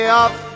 off